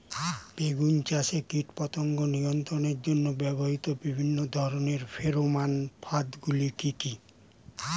বেগুন চাষে কীটপতঙ্গ নিয়ন্ত্রণের জন্য ব্যবহৃত বিভিন্ন ধরনের ফেরোমান ফাঁদ গুলি কি কি?